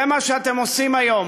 זה מה שאתם עושים היום.